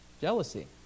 jealousy